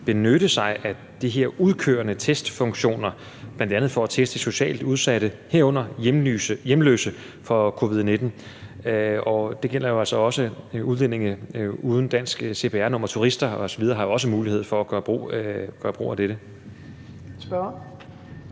benytte sig af de her udkørende testfunktioner, som bl.a. er lavet for at teste socialt udsatte, herunder hjemløse, for covid-19, og det gælder jo altså også udlændinge uden dansk cpr-nummer. Turister osv. har jo også mulighed for at gøre brug af dette.